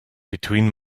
between